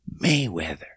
Mayweather